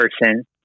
person